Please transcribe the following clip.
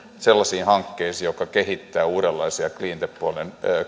sellaisiin hankkeisiin jotka kehittävät uudenlaisia cleantech puolen